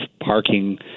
parking